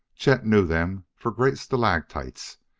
chet knew them for great stalactites,